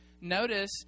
Notice